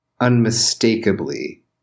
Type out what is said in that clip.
unmistakably